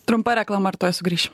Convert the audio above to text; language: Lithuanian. trumpa reklama ir tuoj sugrįšim